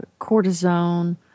cortisone